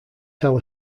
tell